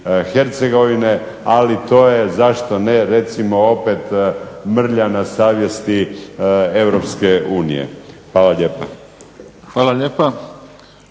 Hercegovine, ali to je zašto ne recimo opet mrlja na savjesti Europske unije. hvala lijepa. **Mimica,